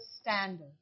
standard